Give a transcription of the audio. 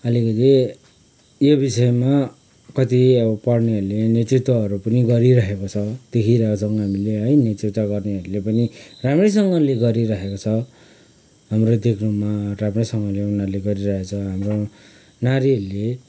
अलिकति यो विषयमा कति अब पढ्नेहरूले नेतृत्वहरू पनि गरिरहेको छ देखिरहेछौँ हामीले है नेतृत्व गर्नेहरूले पनि राम्रैसँगले गरिराखेको छ हाम्रो देख्नुमा राम्रैसँगले उनीहरूले गरिरहेछ हाम्रो नारीहरूले